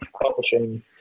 publishing